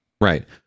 Right